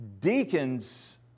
Deacons